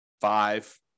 five